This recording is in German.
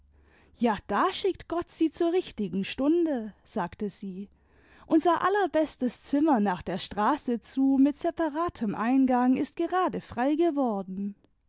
jz da schickt gott sie zur richtigen stunde sagte sie unser allerbestes zimmer nach der straße zu mit separatem eingang ist gerade frei geworden